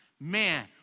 man